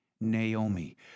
Naomi